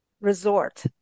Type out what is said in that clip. resort